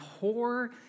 poor